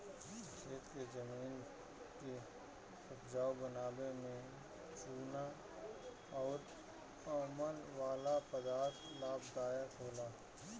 खेत के जमीन के उपजाऊ बनावे में चूना अउर अमल वाला पदार्थ लाभदायक होला